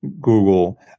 Google